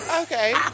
okay